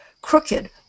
crooked